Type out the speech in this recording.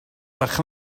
gwelwch